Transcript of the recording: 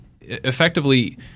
effectively